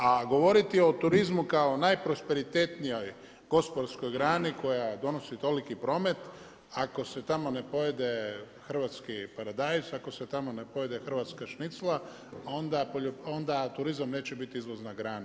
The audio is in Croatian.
A govoriti o turizmu kao najprosperitetnijoj gospodarskoj grani koja donosi toliki promet, ako se ne tamo ne pojede hrvatski paradajz, ako se ne pojede hrvatska šnicla onda turizam neće biti izvozna grana.